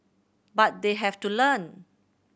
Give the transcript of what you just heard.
but they have to learn